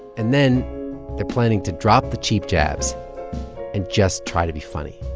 and then they're planning to drop the cheap jabs and just try to be funny